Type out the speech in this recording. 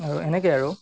আৰু এনেকৈয়ে আৰু